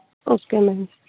okay ma'am